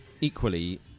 Equally